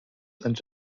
entered